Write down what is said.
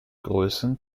größen